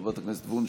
חברת הכנסת וונש,